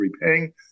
repaying